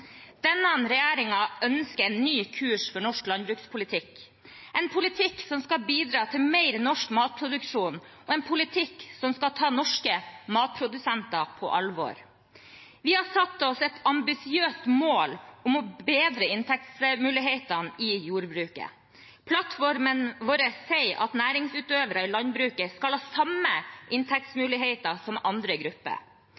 Denne regjeringen ønsker en ny kurs for norsk landbrukspolitikk, en politikk som skal bidra til mer norsk matproduksjon, og en politikk som skal ta norske matprodusenter på alvor. Vi har satt oss et ambisiøst mål om å bedre inntektsmulighetene i jordbruket. Plattformen vår sier at næringsutøvere i landbruket skal ha samme